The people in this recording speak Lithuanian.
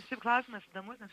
šiaip klausimas įdomus nes